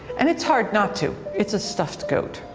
and it's hard not to, it's a stuffed goat.